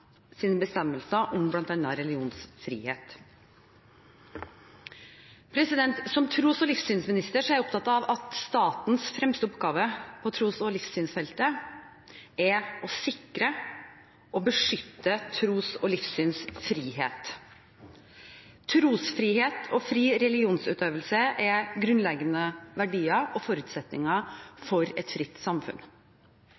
bestemmelser om bl.a. religionsfrihet. Som tros- og livssynsminister er jeg opptatt av at statens fremste oppgave på tros- og livssynsfeltet er å sikre og beskytte tros- og livssynsfrihet. Trosfrihet og fri religionsutøvelse er grunnleggende verdier og forutsetninger